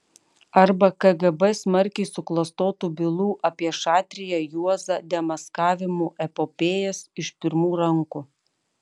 arba kgb smarkiai suklastotų bylų apie šatriją juozą demaskavimų epopėjas iš pirmų rankų